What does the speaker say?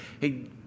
hey